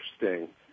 interesting